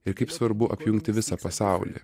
ir kaip svarbu apjungti visą pasaulį